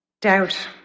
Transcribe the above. Doubt